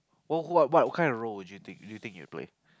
what what what kind of role do you think do you think you would play